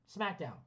Smackdown